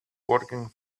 working